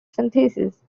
synthesis